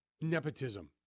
nepotism